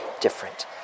different